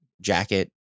jacket